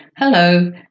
Hello